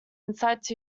insight